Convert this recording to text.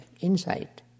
insight